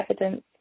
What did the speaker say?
evidence